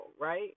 right